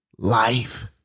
Life